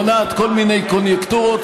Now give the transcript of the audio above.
מונעת כל מיני קוניונקטורות,